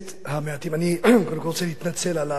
אני קודם כול רוצה להתנצל על הצרידות הזאת,